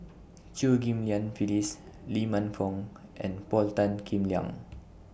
Chew Ghim Lian Phyllis Lee Man Fong and Paul Tan Kim Liang